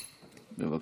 בבקשה.